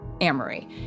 Amory